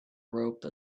rope